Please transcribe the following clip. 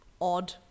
odd